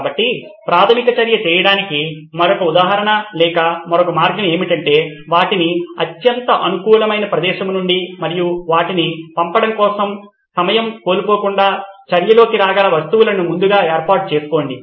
కాబట్టి ప్రాధమిక చర్య చేయడానికి మరొక ఉదాహరణ లేదా మరొక మార్గం ఏమిటంటే వాటిని అత్యంత అనుకూలమైన ప్రదేశం నుండి మరియు వాటిని పంపడము కోసం సమయం కోల్పోకుండా చర్యలోకి రాగల వస్తువులను ముందుగా ఏర్పాటు చేసుకోండి